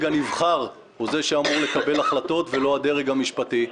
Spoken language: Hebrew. הנבחר הוא זה שאמור לקבל החלטות ולא הדרג המשפטי.